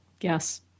Yes